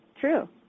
true